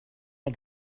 der